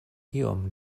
iom